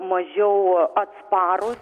mažiau atsparūs